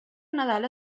nadal